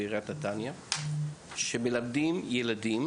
בחור בעיריית נתניה ובמסגרתו מלמדים ילדים